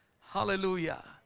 Hallelujah